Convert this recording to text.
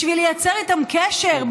בשביל לייצר איתם קשר,